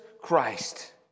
Christ